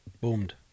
boomed